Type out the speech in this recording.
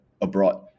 abroad